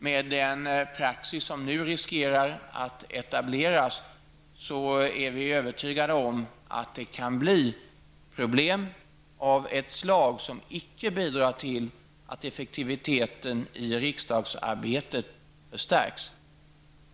Vi är övertygade om att det med den praxis som nu riskerar att etableras kan bli problem av ett slag som icke bidrar till att effektiviteten i riksdagsarbetet stärks.